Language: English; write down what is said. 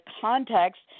context